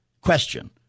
Question